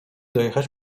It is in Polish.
dojechać